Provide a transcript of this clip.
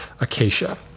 acacia